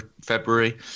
February